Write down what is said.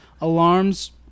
Alarms